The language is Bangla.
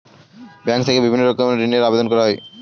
ব্যাঙ্ক থেকে বিভিন্ন রকমের ঋণের আবেদন করা যায়